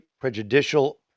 prejudicial